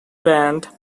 band